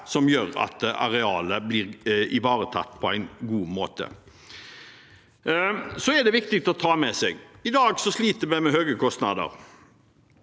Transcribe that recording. som gjør at arealet blir ivaretatt på en god måte. Det er viktig å ha med seg at vi i dag sliter med høye kostnader.